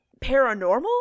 paranormal